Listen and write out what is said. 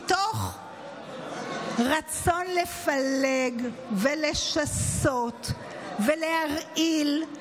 מתוך רצון לפלג, לשסות ולהרעיל,